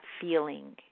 feeling